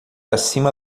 acima